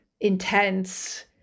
intense